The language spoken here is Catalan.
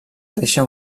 deixa